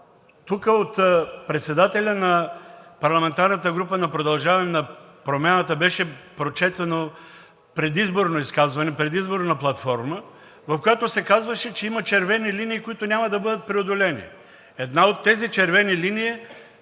тук от председателя на парламентарната група на „Продължаваме Промяната“ беше прочетено предизборно изказване, предизборна платформа, в която се казваше, че има червени линии, които няма да бъдат преодолени. Една от тези червени линии